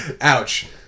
Ouch